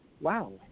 wow